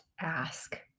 ask